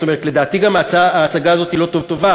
זאת אומרת לדעתי גם ההצגה הזאת לא טובה,